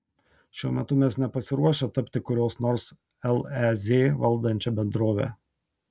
šiuo metu mes nepasiruošę tapti kurios nors lez valdančia bendrove